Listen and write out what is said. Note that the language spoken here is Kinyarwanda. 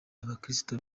abakristo